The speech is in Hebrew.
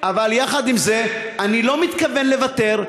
אבל יחד עם זה אני לא מתכוון לוותר,